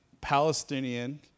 Palestinian